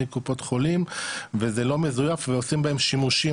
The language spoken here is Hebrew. מקופות חולים וזה לא מזויף ועושים בהם שימושים